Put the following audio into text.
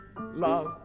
love